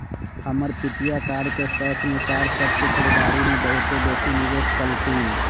हमर पितिया कार के शौख में कार सभ के खरीदारी में बहुते बेशी निवेश कलखिंन्ह